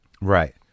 right